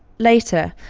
later,